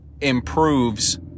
improves